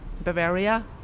Bavaria